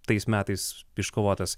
tais metais iškovotas